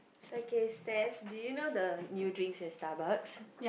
okay Steph do you know the new drinks in Starbucks